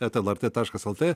eta lrt taškas lt